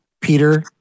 peter